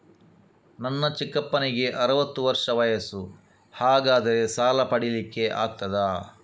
ನನ್ನ ಚಿಕ್ಕಪ್ಪನಿಗೆ ಅರವತ್ತು ವರ್ಷ ವಯಸ್ಸು, ಹಾಗಾದರೆ ಸಾಲ ಪಡೆಲಿಕ್ಕೆ ಆಗ್ತದ?